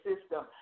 system